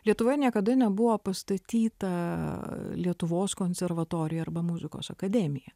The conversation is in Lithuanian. lietuvoje niekada nebuvo pastatyta lietuvos konservatorija arba muzikos akademija